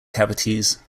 cavities